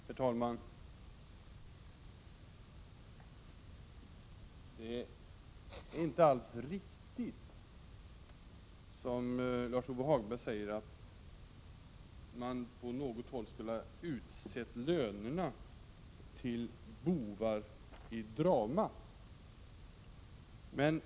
Herr talman! Det är inte alls riktigt som Lars-Ove Hagberg säger, att man på något håll skulle ha utsett lönerna till bovar i dramat.